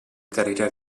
carriera